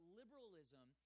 liberalism